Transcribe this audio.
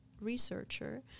researcher